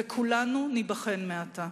וכולנו ניבחן מעתה,